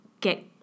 get